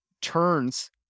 turns